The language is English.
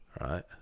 Right